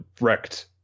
wrecked